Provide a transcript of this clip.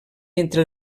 entre